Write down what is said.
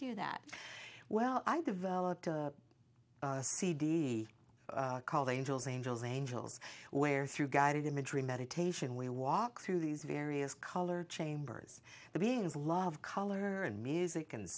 do that well i developed a cd called angels angels angels where through guided imagery meditation we walk through these various colored chambers the beings love color and music and